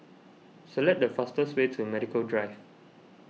select the fastest way to Medical Drive